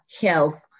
health